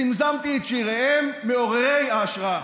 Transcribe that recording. זמזמתי את שיריהם מעוררי ההשראה.